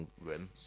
room